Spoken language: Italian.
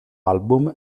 album